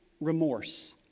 remorse